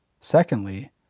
Secondly